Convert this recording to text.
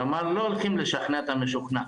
כלומר לא הולכים לשכנע את המשוכנע,